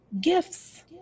gifts